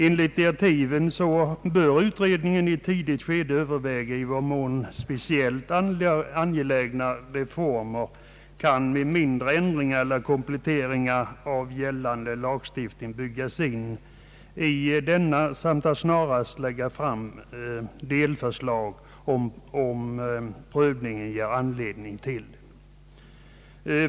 Enligt direktiven bör utredningen i ett tidigt skede överväga i vad mån speciellt angelägna reformer med mindre änd ringar eller kompletteringar av gällande lagstiftning kan byggas in i denna och snarast lägga fram delförslag om prövningen ger anledning därtill.